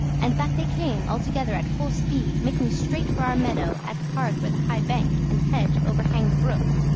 and back they came altogether at full speed, making straight for our meadow at the part where the high bank and hedge overhang the brook.